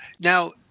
now